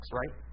right